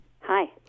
Hi